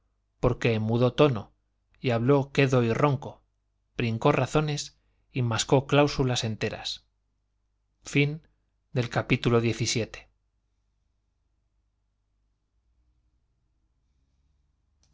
porque mudó tono habló quedo y ronco brincó razones y mascó cláusulas enteras libro tercero capítulo